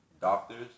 doctors